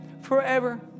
forever